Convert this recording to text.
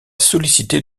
sollicité